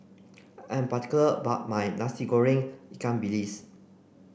I'm particular about my Nasi Goreng Ikan Bilis